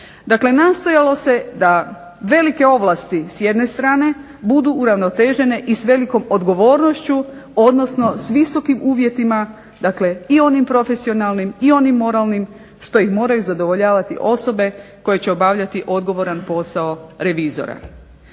Dakle nastojalo se da velike ovlasti s jedne strane budu uravnotežene i s velikom odgovornošću, odnosno s visokim uvjetima, dakle i onim profesionalnim, i onim moralnim što ih moraju zadovoljavati osobe koje će obavljati odgovoran posao revizora.